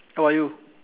how about you